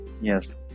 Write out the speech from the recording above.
yes